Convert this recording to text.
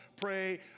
pray